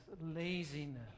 laziness